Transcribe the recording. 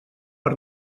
per